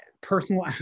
personal